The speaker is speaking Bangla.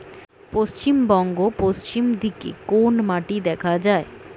পশ্চিমবঙ্গ পশ্চিম দিকে কোন মাটি দেখা যায়?